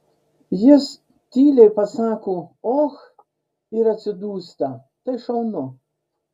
jis tyliai pasako och ir atsidūsta tai šaunu